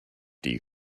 die